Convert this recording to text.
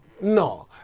no